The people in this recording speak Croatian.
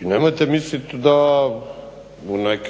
i nemojte mislit da